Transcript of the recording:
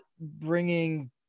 bringing